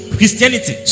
Christianity